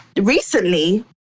recently